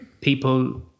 people